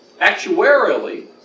actuarially